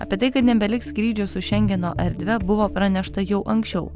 apie tai kad nebeliks skrydžių su šengeno erdve buvo pranešta jau anksčiau